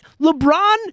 LeBron